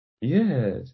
Yes